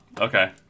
Okay